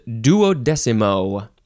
duodecimo